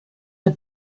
der